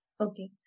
Okay